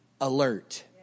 alert